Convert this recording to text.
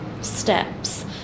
steps